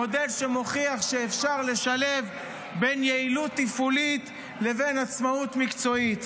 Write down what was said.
מודל שמוכיח שאפשר לשלב בין יעילות תפעולית לבין עצמאות מקצועית.